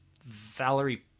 Valerie